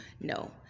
no